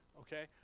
Okay